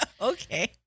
Okay